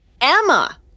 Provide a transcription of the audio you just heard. Emma